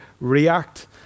react